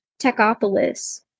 Techopolis